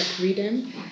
reading